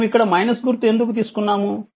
మేము ఇక్కడ గుర్తు ఎందుకు తీసుకున్నాము